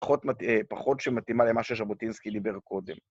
פחות שמתאימה למה שז'בוטינסקי דיבר קודם.